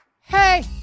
Hey